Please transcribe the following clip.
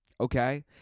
Okay